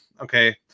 okay